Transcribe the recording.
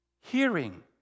hearing